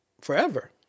forever